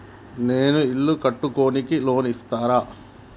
నేను ఇల్లు కట్టుకోనికి లోన్ ఇస్తరా?